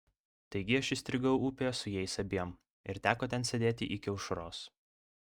taigi aš įstrigau upėje su jais abiem ir teko ten sėdėti iki aušros